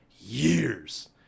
years